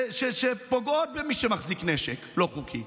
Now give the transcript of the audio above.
שפוגעות במי שמחזיק נשק לא חוקי,